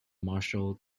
marshall